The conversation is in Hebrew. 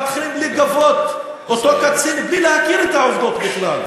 מתחילים לגבות את אותו קצין בלי להכיר את העובדות בכלל.